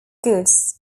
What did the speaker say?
goods